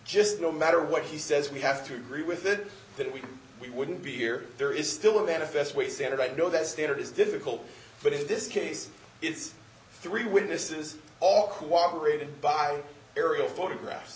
just no matter what he says we have to agree with it that we we wouldn't be here there is still a manifest way standard i know that standard is difficult but in this case it's three witnesses all cooperated by aerial photographs